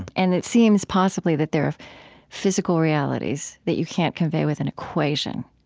and it seems, possibly, that there are physical realities that you can't convey with an equation,